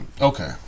Okay